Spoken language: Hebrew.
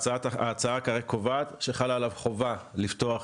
ההצעה קובעת שחלה עליו חובה לפתוח